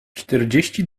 czterdzieści